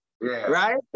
right